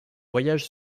voyage